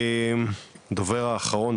הדובר האחרון,